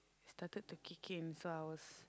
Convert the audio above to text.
started to kick in so I was